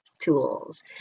tools